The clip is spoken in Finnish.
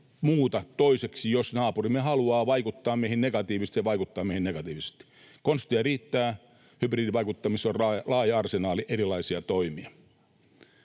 muuta toiseksi. Jos naapurimme haluaa vaikuttaa meihin negatiivisesti, se vaikuttaa meihin negatiivisesti. Konsteja riittää. Hybridivaikuttamisessa on laaja arsenaali erilaisia toimia.